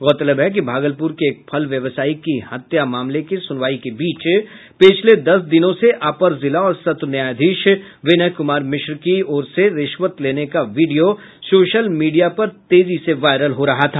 गौरतलब है कि भागलपुर के एक फल व्यवसायी की हत्या मामले की सुनवाई के बीच पिछले दस दिनों से अपर जिला और सत्र न्यायाधीश विनय कुमार मिश्रा की ओर से रिश्वत लेने का वीडियो सोशल मीडिया पर तेजी से वायरल हो रहा था